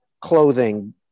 clothing